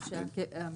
בסדר.